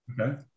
Okay